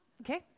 okay